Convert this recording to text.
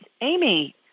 Amy